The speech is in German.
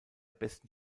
besten